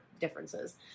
differences